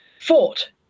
fought